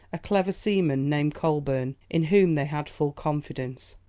a clever seaman, named coleburne, in whom they had full confidence.